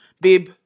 babe